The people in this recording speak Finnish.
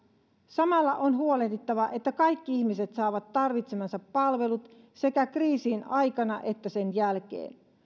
samalla on huolehdittava että kaikki ihmiset saavat tarvitsemansa palvelut sekä kriisin aikana että sen jälkeen